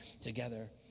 together